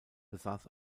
besaß